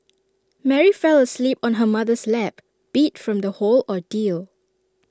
Mary fell asleep on her mother's lap beat from the whole ordeal